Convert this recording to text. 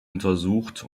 untersucht